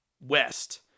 west